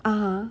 (uh huh)